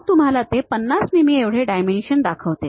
मग ते तुम्हाला 50 मिमी एवढे डायमेन्शन दाखवते